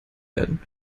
werden